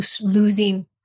losing